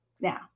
Now